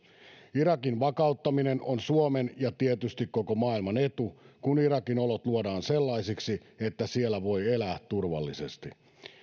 irakin vakauttaminen on suomen ja tietysti koko maailman etu kun irakin olot luodaan sellaisiksi että siellä voi elää turvallisesti